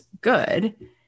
good